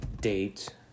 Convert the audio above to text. date